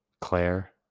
Claire